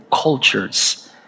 cultures